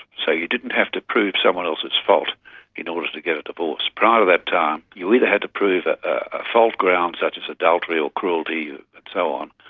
so you didn't have to prove someone else's fault in order to get a divorce. prior to that time you either had to prove a fault ground such as adultery or cruelty and so on,